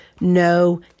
No